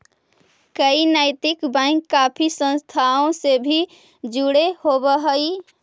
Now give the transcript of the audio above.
कई नैतिक बैंक काफी संस्थाओं से भी जुड़े होवअ हई